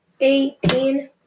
Eighteen